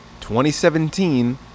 2017